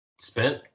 spent